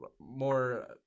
more